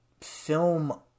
film